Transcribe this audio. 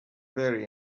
very